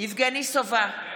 יבגני סובה,